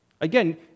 Again